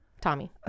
tommy